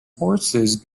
horses